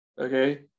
okay